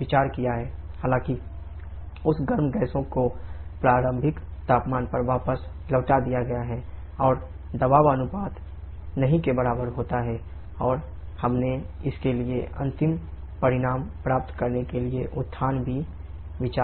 विचार किया है हालांकि उस गर्म गैसों को प्रारंभिक तापमान पर वापस लौटा दिया जाता है और दबाव अनुपात नहीं के बराबर होता है और हमने इसके लिए अंतिम परिणाम प्राप्त करने के लिए उत्थान पर भी विचार किया है